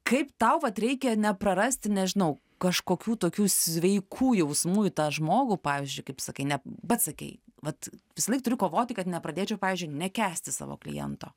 kaip tau vat reikia neprarasti nežinau kažkokių tokių sveikų jausmų į tą žmogų pavyzdžiui kaip sakai ne pats sakei vat visąlaik turiu kovoti kad nepradėčiau pavyzdžiui nekęsti savo kliento